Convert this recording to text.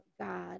God